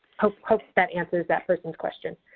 hope hope that answers that person's question.